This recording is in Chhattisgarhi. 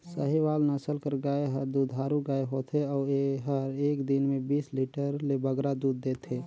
साहीवाल नसल कर गाय हर दुधारू गाय होथे अउ एहर एक दिन में बीस लीटर ले बगरा दूद देथे